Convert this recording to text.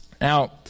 Now